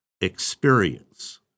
experience